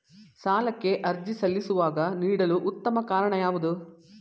ಸಾಲಕ್ಕೆ ಅರ್ಜಿ ಸಲ್ಲಿಸುವಾಗ ನೀಡಲು ಉತ್ತಮ ಕಾರಣ ಯಾವುದು?